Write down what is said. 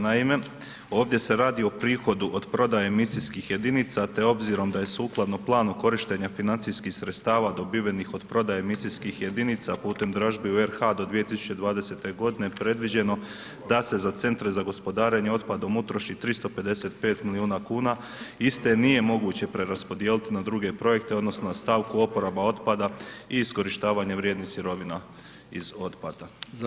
Naime, ovdje se radi o prihodu od prodaju emisijskih jedinica te obzirom da je sukladno planu korištenja financijskih sredstava dobivenih od prodaje emisijskih jedinica putem dražbi u RH do 2020. g. predviđeno da se za centre za gospodarenje otpadom utroši 355 milijuna kuna, iste nije moguće preraspodijeliti ..na druge projekte odnosno na stavku oporaba otpada i iskorištavanja vrijednih sirovina iz otpada, hvala.